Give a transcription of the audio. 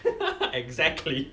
exactly